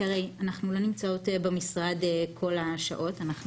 כי הרי אנחנו לא נמצאות במשרד כל השעות האלה,